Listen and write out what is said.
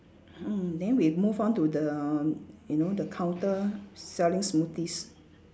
mm then we move on to the you know the counter selling smoothies